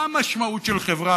מה המשמעות של חברה?